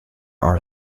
are